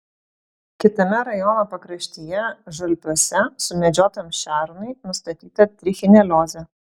kitame rajono pakraštyje žalpiuose sumedžiotam šernui nustatyta trichineliozė